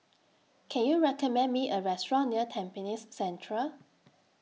Can YOU recommend Me A Restaurant near Tampines Central